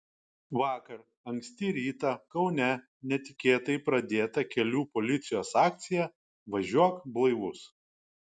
vakar anksti rytą kaune netikėtai pradėta kelių policijos akcija važiuok blaivus